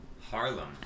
Harlem